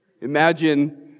Imagine